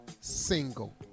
single